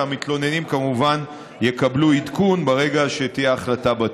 והמתלוננים כמובן יקבלו עדכון ברגע שתהיה החלטה בתיק.